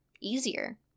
easier